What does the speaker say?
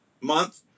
month